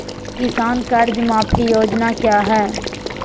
किसान कर्ज माफी योजना क्या है?